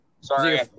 Sorry